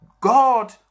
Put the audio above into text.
God